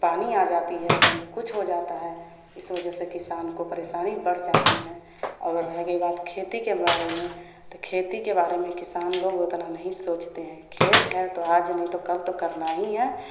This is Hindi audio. पानी आ जाती हैं कहीं कुछ हो जाता हैं इस वजह से किसान को परेशानी बढ़ जाती हैं अगर रह गई बात खेती के बारे में तो खेती के बारे में किसान लोग उतना नहीं सोचते हैं खेत हैं तो आज नहीं तो कल करना ही हैं